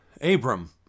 Abram